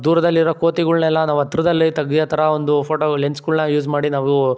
ದೂರದಲ್ಲಿರೊ ಕೋತಿಗಳ್ನೆಲ್ಲ ನಾವು ಹತ್ರದಲ್ಲೇ ತೆಗೆಯೋ ಥರ ಒಂದು ಫೋಟೋ ಲೆನ್ಸ್ಗಳ್ನ ಯೂಸ್ ಮಾಡಿ ನಾವು